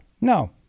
no